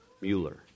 Mueller